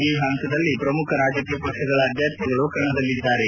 ಈ ಹಂತದಲ್ಲಿ ಪ್ರಮುಖ ರಾಜಕೀಯ ಪಕ್ಷಗಳ ಅಭ್ಯರ್ಥಿಗಳು ಕಣದಲ್ಲಿದ್ದಾರೆ